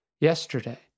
yesterday